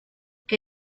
que